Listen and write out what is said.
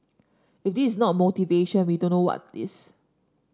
if this is not motivation we don't know what is